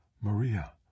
Maria